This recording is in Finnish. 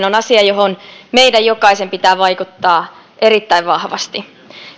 on asia johon meidän jokaisen pitää vaikuttaa erittäin vahvasti